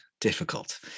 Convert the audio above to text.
difficult